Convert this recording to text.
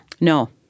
No